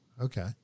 Okay